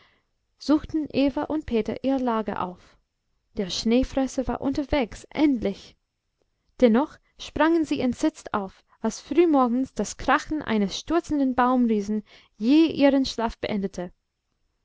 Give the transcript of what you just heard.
suchten eva und peter ihr lager auf der schneefresser war unterwegs endlich dennoch sprangen sie entsetzt auf als frühmorgens das krachen eines stürzenden baumriesen jäh ihren schlaf beendete